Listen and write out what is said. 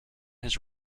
his